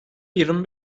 yirmi